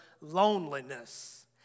loneliness